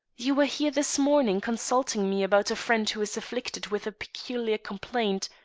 you were here this morning consulting me about a friend who is afflicted with a peculiar complaint.